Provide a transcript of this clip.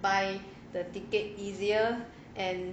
buy the ticket easier and